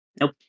Nope